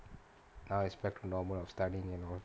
now it's back to normal of studying and all